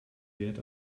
wert